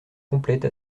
complète